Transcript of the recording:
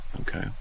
Okay